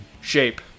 shape